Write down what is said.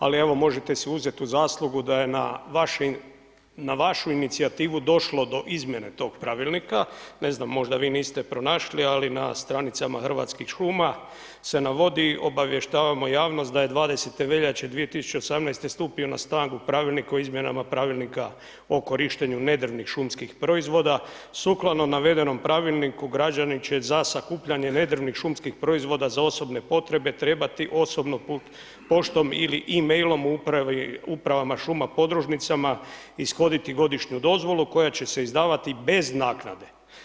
Ali, evo možete se uzeti u zaslugu, da je na vašu inicijativu došlo do izmjene tog pravilnika ne znam, možda vi niste pronašli, ali na stranicama Hrvatskih šuma se navodi, obavještavamo javnost, da je 20.2.2018. stupio na snagu pravilnik o izmjenu pravilnika o korištenju nedrevnih šumskih proizvoda, sukladno navedenom pravilniku građani će za sakupljanje nedrevnih šumskih proizvoda za osobne potrebe, trebati osobno poštom ili e mailom, upravama šuma, podružnicama ishoditi godišnju dozvolu, koja će se izdavati bez naknade.